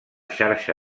xarxa